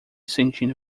sentindo